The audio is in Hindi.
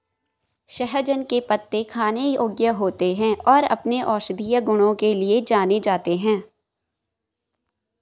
सहजन के पत्ते खाने योग्य होते हैं और अपने औषधीय गुणों के लिए जाने जाते हैं